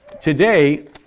today